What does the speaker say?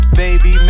baby